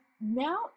now